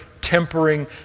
tempering